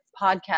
podcast